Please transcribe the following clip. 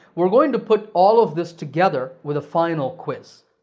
we're going to put all of this together with a final quiz.